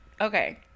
Okay